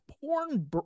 porn